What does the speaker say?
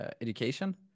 education